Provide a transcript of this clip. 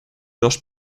dos